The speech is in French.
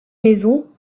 maisons